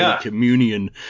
communion